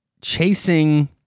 chasing